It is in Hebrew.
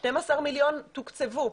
12 מיליון תוקצבו,